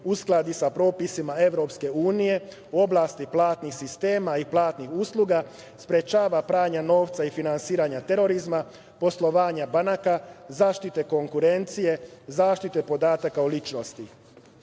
uskladi sa propisima Evropske unije u oblasti platnih sistema i platnih usluga, sprečavanja pranja novca i finansiranja terorizma, poslovanja banaka, zaštite konkurencije, zaštite podataka o ličnosti. Imajući